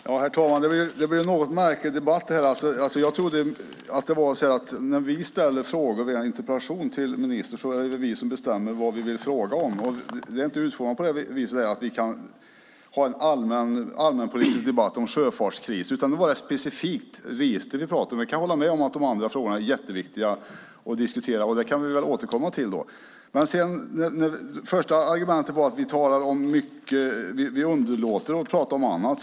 Herr talman! Det blir en något märklig debatt. Jag trodde att när vi ställer frågor via interpellation till ministern är det vi som bestämmer vad vi vill fråga om. Det är inte utformat så att vi kan ha en allmänpolitisk debatt om sjöfartskris. Nu var det ett specifikt register vi pratade om. Jag kan hålla med om att de andra frågorna är jätteviktiga att diskutera. Dem kan vi väl återkomma till. Det första argumentet var att vi underlåter att prata om annat.